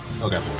Okay